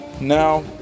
Now